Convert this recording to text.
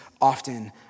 often